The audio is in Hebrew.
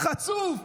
חצוף.